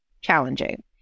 challenging